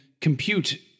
compute